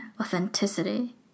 authenticity